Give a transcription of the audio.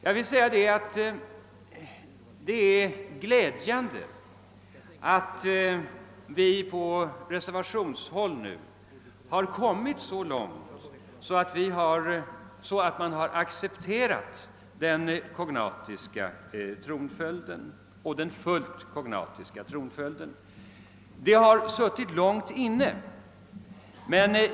Jag vill säga att det är glädjande att vi på reservanthåll har kommit så långt att den fullt kognatiska tronföljden har accepterats. Det har suttit långt inne.